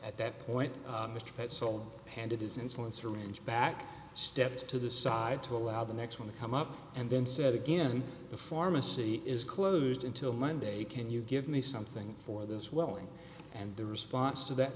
at that point mr pitt sold handed his insulin syringe back stepped to the side to allow the next one to come up and then said again the pharmacy is closed until monday can you give me something for the swelling and the response to that